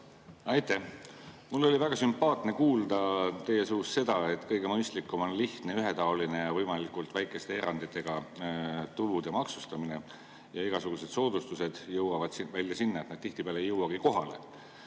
Aitäh! Mul oli väga sümpaatne kuulda teie suust seda, et kõige mõistlikum on lihtne, ühetaoline ja võimalikult väikeste eranditega tulude maksustamine ja et igasugused soodustused jõuavad välja sinna, et nad tihtipeale ei jõuagi kohale